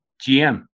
GM